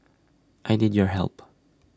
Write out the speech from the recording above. I need your help